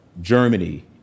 Germany